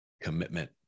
Commitment